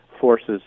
forces